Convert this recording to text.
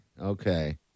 okay